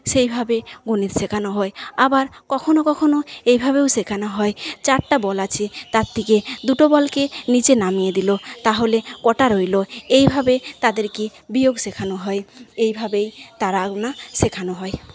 সেইভাবে গণিত শেখানো হয় আবার কখনও কখনও এভাবেও শেখানো হয় চারটে বল আছে তার থেকে দুটো বলকে নিচে নামিয়ে দিল তাহলে কটা রইলো এইভাবে তাদেরকে বিয়োগ শেখানো হয় এইভাবেই তারা গোনা শেখানো হয়